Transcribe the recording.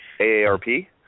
A-A-R-P